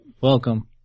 Welcome